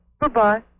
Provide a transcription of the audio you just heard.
Goodbye